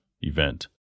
event